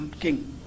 King